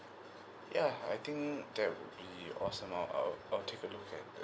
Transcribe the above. yeah I think that would be awesome on uh I'll take a look at the